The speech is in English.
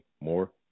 more